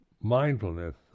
mindfulness